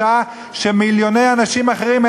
בשעה שמיליוני אנשים אחרים,